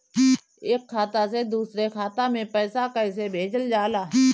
एक खाता से दुसरे खाता मे पैसा कैसे भेजल जाला?